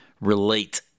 relate